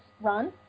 run